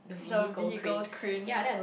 the vehicle crane